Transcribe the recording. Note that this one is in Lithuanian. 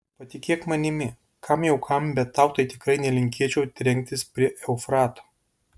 patikėk manimi kam jau kam bet tau tai tikrai nelinkėčiau trenktis prie eufrato